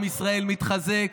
האמת ברורה לכולם.